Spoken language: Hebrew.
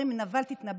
אומרים: עם נבל תתנבל.